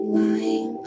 lying